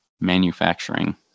manufacturing